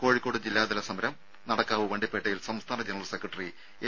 കോഴിക്കോട് ജില്ലാതല സമരം നടക്കാവ് വണ്ടിപ്പേട്ടയിൽ സംസ്ഥാന ജനറൽ സെക്രട്ടറി എം